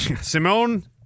Simone